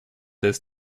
this